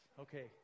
Okay